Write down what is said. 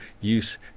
use